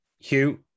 Hugh